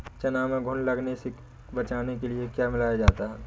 चना में घुन लगने से बचाने के लिए क्या मिलाया जाता है?